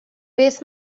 beth